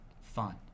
fun